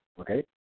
Okay